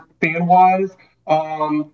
fan-wise